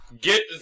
get